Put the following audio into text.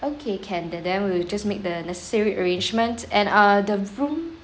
okay can then then we'll just make the necessary arrangements and err the room